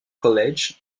college